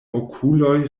okuloj